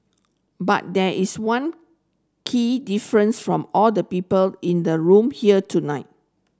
but there is one key difference from all the people in the room here tonight